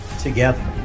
together